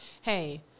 hey